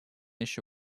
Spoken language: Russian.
еще